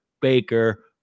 Baker